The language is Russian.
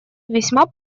весьма